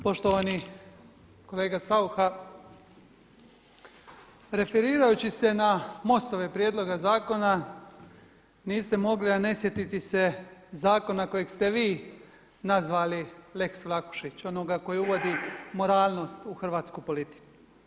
Poštovani kolega Saucha, referirajući se na MOST-ove prijedloge zakona niste mogli a ne sjetiti se zakona kojeg ste vi nazvali Lex Vlahušić, onoga koji uvodi moralnost u hrvatsku politiku.